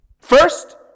First